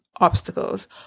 obstacles